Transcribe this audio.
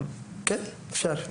כן, אפשר.